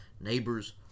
Neighbors